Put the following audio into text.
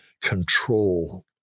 control